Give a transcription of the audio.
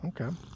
Okay